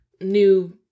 new